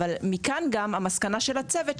גם המסקנה של הצוות,